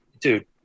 dude